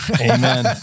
Amen